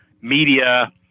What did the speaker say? media